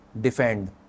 defend